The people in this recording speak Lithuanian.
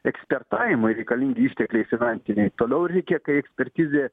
ekspertavimui reikalingi ištekliai finansiniai toliau reikia kai ekspertizė